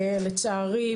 לצערי,